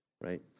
Right